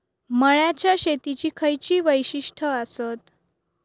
मळ्याच्या शेतीची खयची वैशिष्ठ आसत?